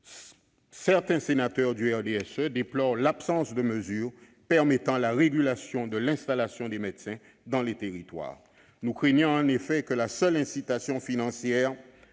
certains sénateurs du RDSE déplorent l'absence de mesures permettant la régulation de l'installation des médecins dans les territoires. Nous craignons en effet que la seule incitation financière